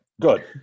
Good